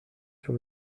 sur